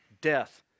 death